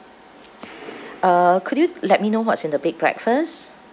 uh could you let me know what's in the big breakfast